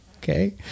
Okay